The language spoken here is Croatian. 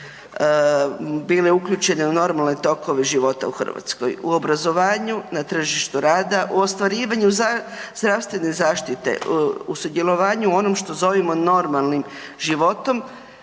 uključene u normalne tokove života u Hrvatskoj, u obrazovanju, na tržištu rada, u ostvarivanju zdravstvene zaštite, u sudjelovanju u onom što zovemo normalnim životom,